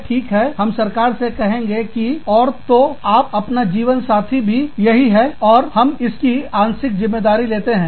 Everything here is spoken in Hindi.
ठीक है हम सरकार से कहेंगे कि और तो और आपका जीवन साथी भी यही है और हम इसकी आंशिक ज़िम्मेदारी लेंगे